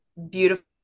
beautiful